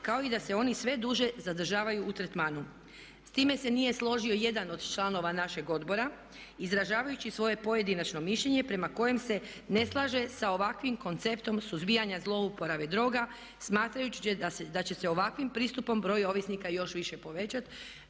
kao i da se oni sve duže zadržavaju u tretmanu. S time se nije složio jedan od članova našeg odbora izražavajući svoje pojedinačno mišljenje prema kojem se ne slaže sa ovakvim konceptom suzbijanja zlouporabe droga smatrajući da će se ovakvim pristupom broj ovisnika još više povećati.